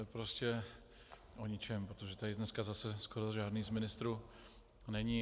To je prostě o ničem, protože tady dneska zase skoro žádný z ministrů není.